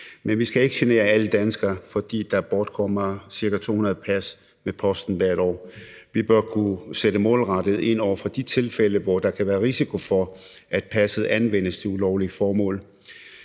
Men vi skal ikke genere alle danskere, fordi der bortkommer på ca. 200 pas i posten hvert år. Vi bør kunne sætte målrettet ind over for de tilfælde, hvor der kan være risiko for, at passet anvendes til ulovlige formål,